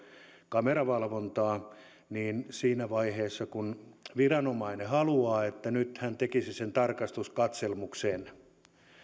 kameravalvontaa niin siinä vaiheessa kun viranomainen haluaa että nyt hän tekisi sen tarkastuskatselmuksen